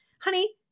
honey